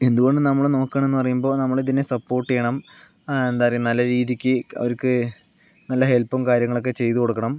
ഇതുകൊണ്ട് നമ്മള് നോക്കുവാണെന്നു പറയുമ്പോ നമ്മള് ഇതിനെ സപ്പോർട്ട് ചെയ്യണം എന്താ പറയുക നല്ല രീതിക്ക് അവർക്ക് നല്ല ഹെല്പും കാര്യങ്ങളും ഒക്കെ ചെയ്തു കൊടുക്കണം